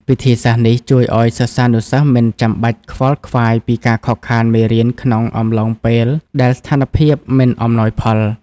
វិធីសាស្ត្រនេះជួយឱ្យសិស្សានុសិស្សមិនចាំបាច់ខ្វល់ខ្វាយពីការខកខានមេរៀនក្នុងអំឡុងពេលដែលស្ថានភាពមិនអំណោយផល។